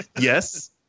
Yes